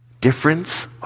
Difference